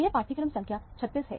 यह पाठ्यक्रम संख्या 36 है